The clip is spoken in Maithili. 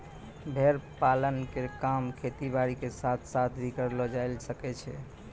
भेड़ पालन के काम खेती बारी के साथ साथ भी करलो जायल सकै छो